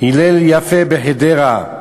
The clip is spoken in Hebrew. הלל יפה בחדרה,